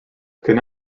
could